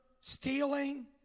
stealing